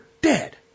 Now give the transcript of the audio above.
dead